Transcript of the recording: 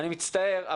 אני מצטער,